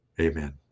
amen